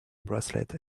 bracelet